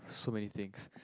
so many things